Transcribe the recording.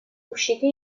usciti